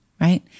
Right